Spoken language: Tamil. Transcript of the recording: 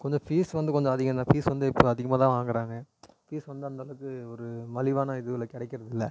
கொஞ்சம் ஃபீஸ் வந்து கொஞ்சம் அதிகம் தான் ஃபீஸ் வந்து இப்போ அதிகமாகதான் வாங்கிறாங்க ஃபீஸ் வந்து அந்தளவுக்கு ஒரு மலிவான இதில் கிடைக்கிறது இல்லை